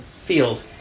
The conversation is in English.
field